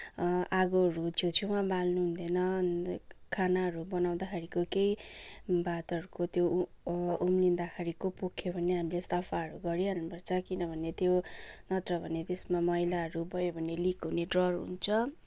आगोहरू छेउछेउमा बाल्नु हुँदैन खानाहरू बनाउँदाखेरिको केही भातहरूको त्यो उ उ उम्लिँदाखेरिको पोखियो भने हामीले सफाहरू गरिहाल्नु पर्छ किनभने त्यो नत्र भने त्यसमा मैलाहरू भयो भने लिक हुने डर हुन्छ